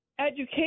education